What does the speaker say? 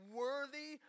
worthy